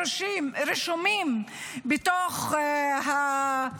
הם רשומים בדפים